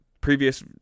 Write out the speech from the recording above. previous